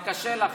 זה קשה לכם